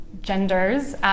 genders